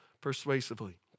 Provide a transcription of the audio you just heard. persuasively